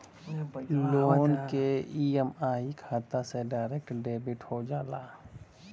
loan क EMI खाता से डायरेक्ट डेबिट हो जाला